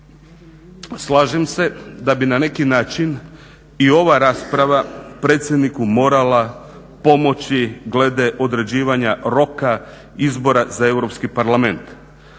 Slažem se da bi na neki način i ova rasprava predsjedniku morala pomoći glede određivanja roka izbora za Europski parlament,